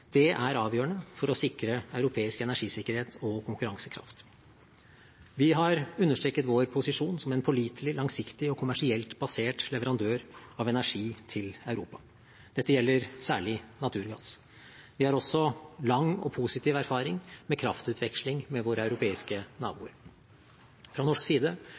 Det er avgjørende for å sikre europeisk energisikkerhet og konkurransekraft. Vi har understreket vår posisjon som en pålitelig, langsiktig og kommersielt basert leverandør av energi til Europa. Dette gjelder særlig naturgass. Vi har også lang og positiv erfaring med kraftutveksling med våre europeiske naboer. Fra norsk side